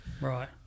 Right